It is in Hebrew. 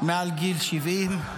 מעל גיל 70,